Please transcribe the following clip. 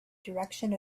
direction